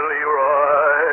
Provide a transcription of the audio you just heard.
Leroy